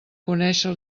conèixer